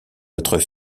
votre